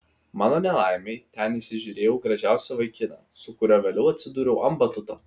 mano nelaimei ten įsižiūrėjau gražiausią vaikiną su kuriuo vėliau atsidūriau ant batuto